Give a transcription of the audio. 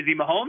Mahomes